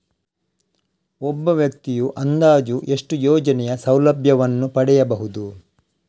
ಒಬ್ಬ ವ್ಯಕ್ತಿಯು ಅಂದಾಜು ಎಷ್ಟು ಯೋಜನೆಯ ಸೌಲಭ್ಯವನ್ನು ಪಡೆಯಬಹುದು?